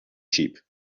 sheep